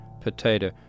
potato